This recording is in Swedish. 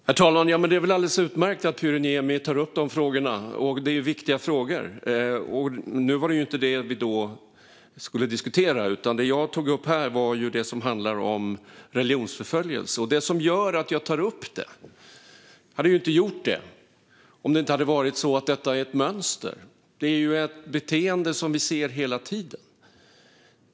Herr talman! Det är väl alldeles utmärkt att Pyry Niemi tar upp de frågorna. Det är ju viktiga frågor. Nu var det dock inte det vi skulle diskutera, utan det jag tog upp handlade om religionsförföljelse. Jag hade inte tagit upp det om inte detta var ett mönster och ett beteende vi ser hela tiden.